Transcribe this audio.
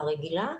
הרגילה,